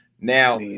Now